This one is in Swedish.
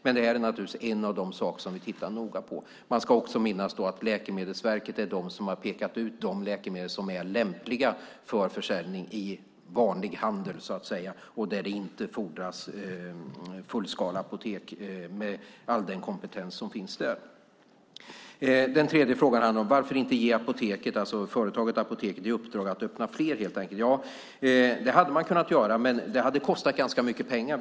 Detta är naturligtvis en av de saker vi tittar noga på. Man ska också minnas att det är Läkemedelsverket som har pekat ut de läkemedel som är lämpliga för försäljning i vanlig handel där det inte fordras fullskaleapotek med all den kompetens som finns där. Den tredje frågan handlade om varför man inte ger företaget Apoteket i uppdrag att öppna fler. Det hade man kunnat göra, men det hade kostat ganska mycket pengar.